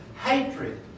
Hatred